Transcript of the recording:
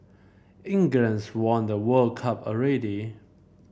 England's won the World Cup already